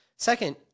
Second